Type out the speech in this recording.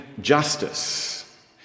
justice